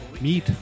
meet